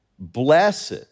Blessed